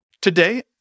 today